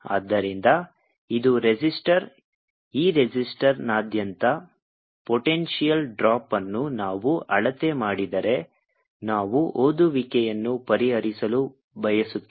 ಆದ್ದರಿಂದ ಈ ರೆಸಿಸ್ಟರ್ ಈ ರೆಸಿಸ್ಟರ್ನಾದ್ಯಂತ ಪೊಟೆಂಶಿಯಲ್ ಡ್ರಾಪ್ ಅನ್ನು ನಾವು ಅಳತೆ ಮಾಡಿದರೆ ನಾವು ಓದುವಿಕೆಯನ್ನು ಪರಿಹರಿಸಲು ಬಯಸುತ್ತೇವೆ